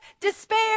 despair